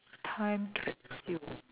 time capsule